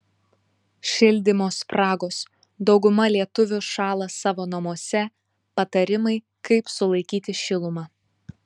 šildymo spragos dauguma lietuvių šąla savo namuose patarimai kaip sulaikyti šilumą